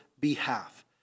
behalf